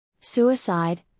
Suicide